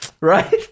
Right